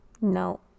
No